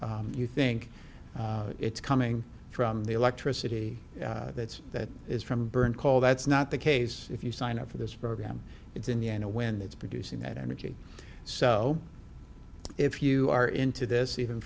home you think it's coming from the electricity that's that is from burned call that's not the case if you sign up for this program it's indiana when it's producing that energy so if you are into this even